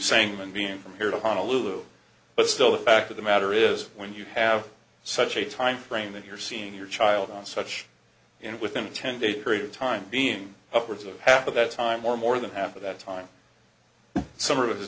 same and being from here to honolulu but still the fact of the matter is when you have such a time frame and you're seeing your child on such you know within a ten day period of time being upwards of half of that time or more than half of that time some of